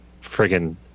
friggin